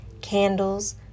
candles